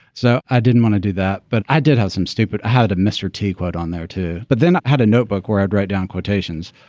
so i didn't want to do that. but i did have some stupid had a mr. teakwood on there too. but then i had a notebook where i'd write down quotations.